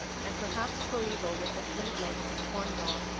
and perhaps coeval with the flint-flakes of cornwall,